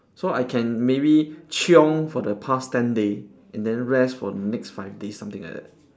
so I can maybe chiong for the past ten day and then rest for the next five days something like that